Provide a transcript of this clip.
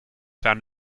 found